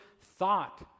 thought